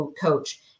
coach